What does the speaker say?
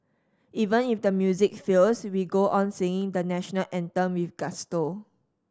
even if the music fails we go on singing the National Anthem with gusto